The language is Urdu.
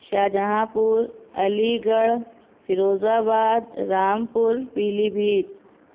شاہ جہاں پور علی گڑھ فیروز آباد رامپور پیلی بھیت